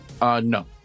No